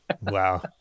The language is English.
Wow